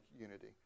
unity